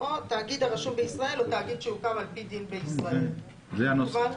או "תאגיד הרשום בישראל או תאגיד שהוקם על פי דין בישראל." מקובל?